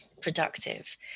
productive